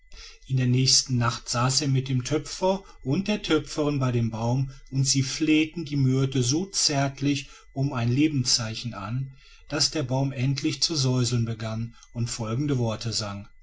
in der nächsten nacht saß er mit dem töpfer und der töpferin bei dem baum und sie flehten die myrte so zärtlich um ein lebenszeichen an daß der baum endlich zu säuseln begann und folgende worte sang